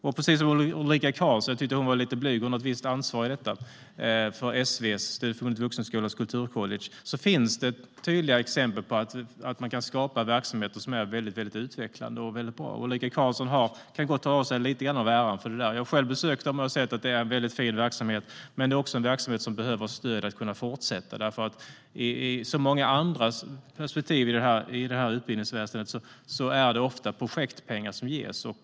Jag tycker att Ulrika Carlsson var lite blyg. Hon har ett visst ansvar för SV Kulturcollege. Det finns tydliga exempel på att det går att skapa utvecklande verksamheter. Ulrika Carlsson kan gott ta åt sig lite av äran. Jag har själv besökt skolan och sett att det är en mycket fin verksamhet, men det är också en verksamhet som behöver stöd för att fortsätta. Med så många perspektiv i utbildningsväsendet är det ofta fråga om projektpengar.